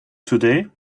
today